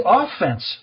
offense